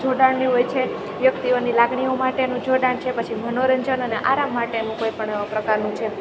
જોડાણની હોય છે વ્યક્તિઓની લાગણીઓ માટેનું જોડાણ છે પછી મનોરંજન અને આરામ માટેનું કોઈપણ પ્રકારનું જેમ